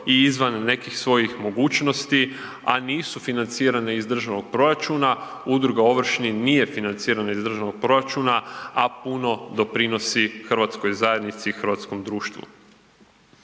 i izvan nekih svojih mogućnosti, a nisu financirane iz državnog proračuna, udruga „Ovršni“ nije financirana iz državnog proračuna, a puno doprinosi hrvatskoj zajednici i hrvatskom društvu.